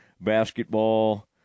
basketball